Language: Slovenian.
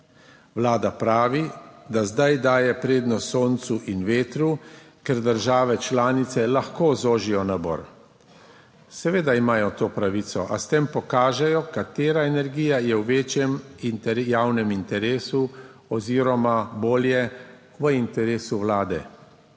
Vlada pravi, da zdaj daje prednost soncu in vetru, ker države članice lahko zožijo nabor. Seveda imajo to pravico, a s tem pokažejo, katera energija je v večjem javnem interesu oziroma, bolje, v interesu vlade.